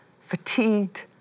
fatigued